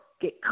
get